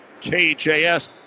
KJS